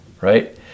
right